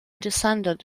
descendant